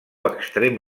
extrem